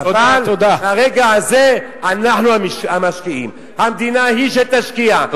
אבל ברגע הזה אנחנו המשקיעים, המדינה היא שתשקיע.